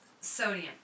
Sodium